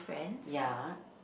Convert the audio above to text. ya